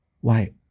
Why